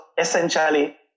essentially